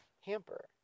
hamper